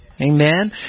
Amen